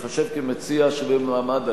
ייחשב למציע שווה מעמד,